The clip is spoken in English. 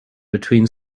between